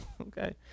okay